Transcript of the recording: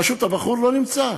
פשוט הבחור לא נמצא.